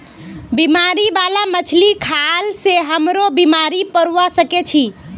बीमारी बाला मछली खाल से हमरो बीमार पोरवा सके छि